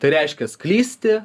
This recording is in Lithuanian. tai reiškias klysti